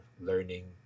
learning